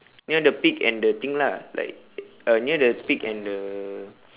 near the pig and the thing lah like uh near the pig and the